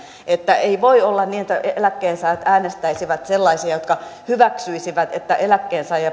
että ei voi olla niin että eläkkeensaajat äänestäisivät sellaisia jotka hyväksyisivät että eläkkeensaajien